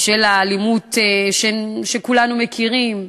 בשל האלימות שכולנו מכירים,